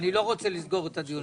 אבל אני לא רוצה לסגור את הדיון.